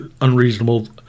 unreasonable